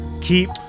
keep